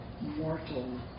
mortal